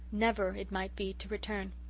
never, it might be, to return.